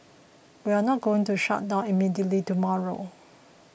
we are not going to shut down immediately tomorrow